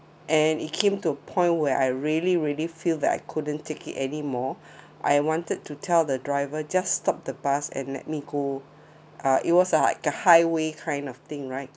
and it came to a point where I really really feel that I couldn't take it anymore I wanted to tell the driver just stop the bus and let me go uh it was uh like a highway kind of thing right